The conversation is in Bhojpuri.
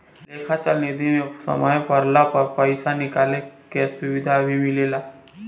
लेखा चल निधी मे समय पड़ला पर पइसा निकाले के सुविधा भी मिलेला